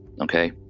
okay